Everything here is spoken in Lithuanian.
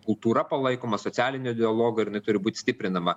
kultūra palaikoma socialinio dialogo ir jinai turi būt stiprinama